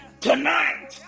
tonight